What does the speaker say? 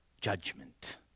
judgment